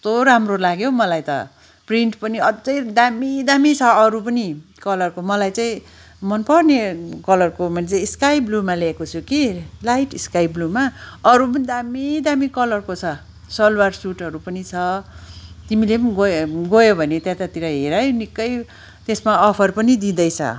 कस्तो राम्रो लाग्यो हौ मलाई त प्रिन्ट पनि अझै दामी दामी छ अरू पनि कलरको मलाई चाहिँ मनपर्ने कलरको मैले चाहिँ स्काई ब्लूमा ल्याएको छु कि लाइट स्काई ब्लूमा अरू पनि दामी दामी कलरको छ सलवार सुटहरू पनि छ तिमीलेम गयो गयो भने त्यतातिर हेर है निक्कै त्यसमा अफर पनि दिँदैछ